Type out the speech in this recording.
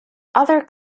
other